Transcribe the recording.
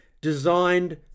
designed